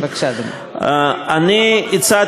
אני אתן